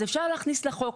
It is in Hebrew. אפשר להכניס לחוק,